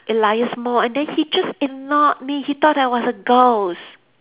Elias mall and then he just ignored me he thought I was a ghost